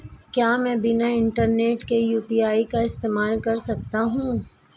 क्या मैं बिना इंटरनेट के यू.पी.आई का इस्तेमाल कर सकता हूं?